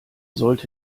sollte